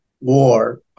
war